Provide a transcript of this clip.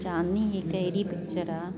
चांदनी हिकु अहिड़ी पिकिचरु आहे